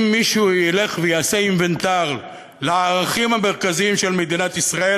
אם מישהו יעשה אינוונטר לערכים המרכזיים של מדינת ישראל,